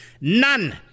none